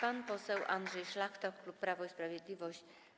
Pan poseł Andrzej Szlachta, klub Prawo i Sprawiedliwość.